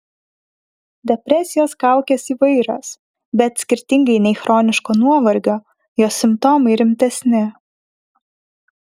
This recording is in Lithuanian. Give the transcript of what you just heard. depresijos kaukės įvairios bet skirtingai nei chroniško nuovargio jos simptomai rimtesni